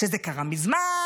שזה קרה מזמן,